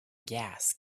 gas